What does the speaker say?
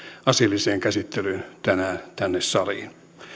asialliseen käsittelyyn tänään tänne saliin